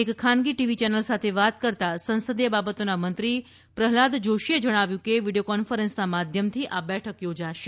એક ખાનગી TV channel સાથે વાત કરતાં સંસદીય બાબતોના મંત્રી પ્રહલાદ જોશીએ જણાવ્યુ હતું કે વિડીયો કોન્સફરન્સના માધ્યમથી આ બેઠક યોજાશે